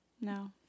no